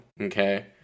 Okay